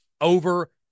over